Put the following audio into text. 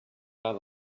not